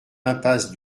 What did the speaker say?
impasse